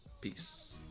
Peace